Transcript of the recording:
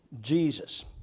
Jesus